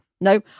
No